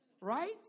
Right